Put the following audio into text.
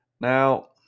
Now